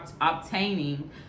obtaining